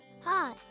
hi